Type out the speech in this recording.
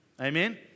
Amen